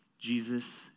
Jesus